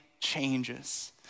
changes